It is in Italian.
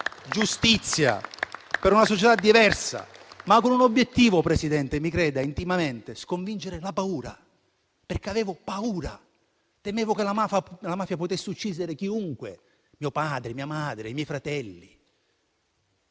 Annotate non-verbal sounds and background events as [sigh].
giustizia, per una società diversa. [applause] E lo feci con un obiettivo, Presidente, mi creda intimamente: sconfiggere la paura, perché avevo paura, temevo che la mafia potesse uccidere chiunque, mio padre, mia madre, i miei fratelli.